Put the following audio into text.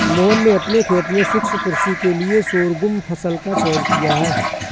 मोहन ने अपने खेत में शुष्क कृषि के लिए शोरगुम फसल का चयन किया है